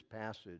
passage